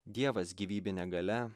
dievas gyvybinė galia